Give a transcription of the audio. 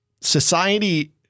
society